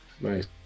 Nice